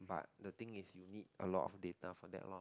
but the thing is you need a lot of data for them lor